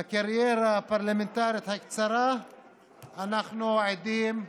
בקריירה הפרלמנטרית הקצרה אנחנו עדים,